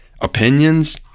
Opinions